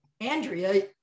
Andrea